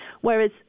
whereas